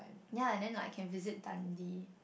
ya and then like I can visit Dundee